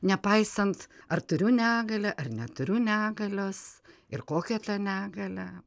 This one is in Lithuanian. nepaisant ar turiu negalią ar neturiu negalios ir kokia ta negalia